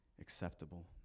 acceptable